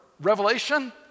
Revelation